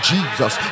Jesus